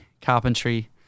carpentry